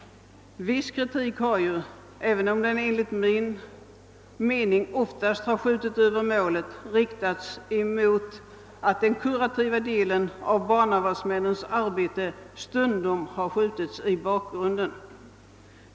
Viss kritik har — även om den enligt min mening oftast har skjutit över målet — riktats mot att den kurativa delen av barnavårdsmännens arbete stundom har skjutits i bakgrunden.